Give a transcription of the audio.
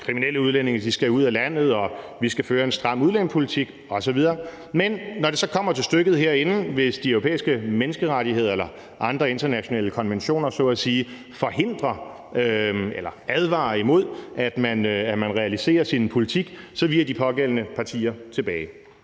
kriminelle udlændinge skal ud af landet, og at vi skal føre en stram udlændingepolitik osv. Men når det så kommer til stykket herinde, viger de pågældende partier tilbage, hvis de europæiske menneskerettigheder eller andre internationale konventioner så at sige forhindrer eller advarer imod, at man realiserer sin politik. Det er selvfølgelig skidt.